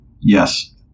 Yes